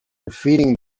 defeating